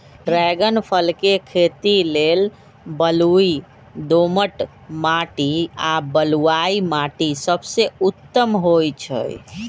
dragon फल के खेती लेल बलुई दोमट माटी आ बलुआइ माटि सबसे उत्तम होइ छइ